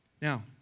Now